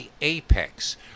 apex